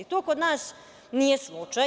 To kod nas nije slučaj.